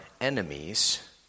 enemies